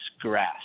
grass